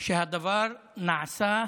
שהדבר נעשה